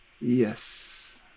yes